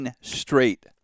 straight